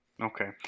Okay